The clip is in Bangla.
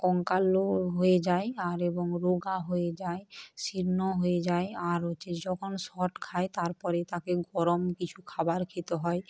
কঙ্কালও হয়ে যায় আর এবং রোগা হয়ে যায় শীর্ণ হয়ে যায় আর হচ্ছে যখন শক খায় তারপরে তাকে গরম কিছু খাবার খেতে হয়